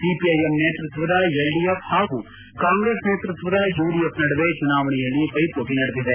CPIM ನೇತೃತ್ವದ LDF ಹಾಗೂ ಕಾಂಗ್ರೆಸ್ ನೇತೃತ್ವದ ಯುಡಿಎಫ್ ನಡುವೆ ಚುನಾವಣೆಯಲ್ಲಿ ಪೈಪೋಟ ನಡೆದಿದೆ